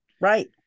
Right